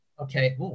Okay